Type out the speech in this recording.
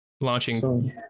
launching